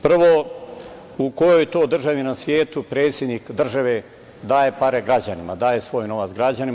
Prvo, u kojoj to državi na svetu predsednik države daje pare građanima, daje svoj novac građanima?